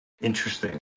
Interesting